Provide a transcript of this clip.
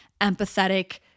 empathetic